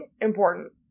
important